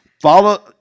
follow